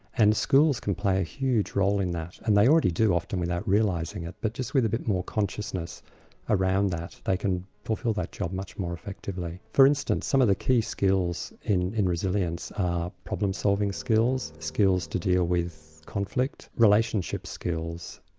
and schools can play a huge role in that and they already do often without realising it, but just with a bit more consciousness around that, they can fulfil that job much more effectively. for instance some of the key skills in in resilience are problem-solving skills, skills to deal with conflict, relationship skills,